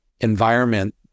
environment